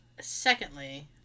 secondly